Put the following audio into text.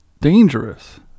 dangerous